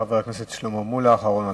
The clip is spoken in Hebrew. חבר הכנסת שלמה מולה, אחרון הדוברים.